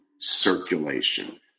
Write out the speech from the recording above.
circulation